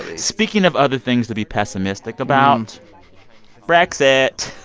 speaking of other things to be pessimistic about brexit